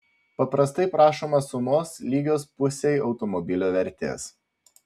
paprastai prašoma sumos lygios pusei automobilio vertės